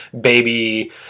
baby